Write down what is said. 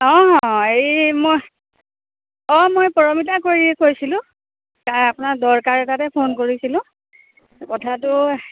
অঁ হেৰি মই অঁ মই পৰমিতা কুঁৱৰীয়ে কৈছিলোঁ আপোনাৰ দৰকাৰ এটাতে ফোন কৰিছিলোঁ কথাটো